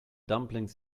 dumplings